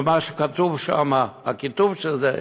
ומה שכתוב שם, הכיתוב של זה: